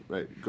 Right